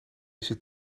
zit